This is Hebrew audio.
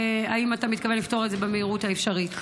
האם אתה מתכוון לפתור את זה במהירות האפשרית?